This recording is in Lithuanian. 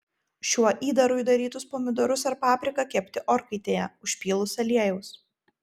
šiuo įdaru įdarytus pomidorus ar papriką kepti orkaitėje užpylus aliejaus